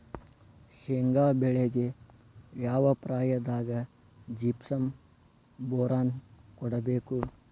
ಶೇಂಗಾ ಬೆಳೆಗೆ ಯಾವ ಪ್ರಾಯದಾಗ ಜಿಪ್ಸಂ ಬೋರಾನ್ ಕೊಡಬೇಕು?